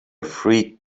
freak